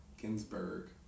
Ginsburg